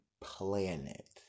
Planet